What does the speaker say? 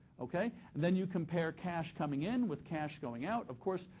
okay? and then you compare cash coming in with cash going out. of course,